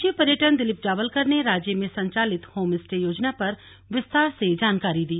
सचिव पर्यटन दिलीप जावलकर ने राज्य में संचालित होमस्टे योजना पर विस्तार से जानकारी दी